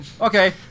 Okay